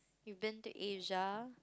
you've been to Asia